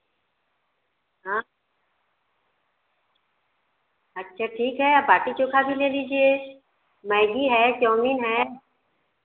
अच्छा ठीक है आप बाटी चोखा भी ले लीजिए मैगी है चौमिन हैं